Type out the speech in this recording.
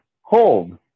hold